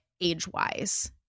age-wise